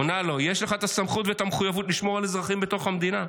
עונה לו: יש לך את הסמכות ואת המחויבות לשמור על אזרחים בתוך המדינה.